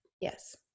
yes